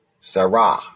Sarah